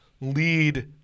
lead